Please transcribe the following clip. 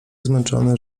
zmęczony